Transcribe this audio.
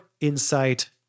insight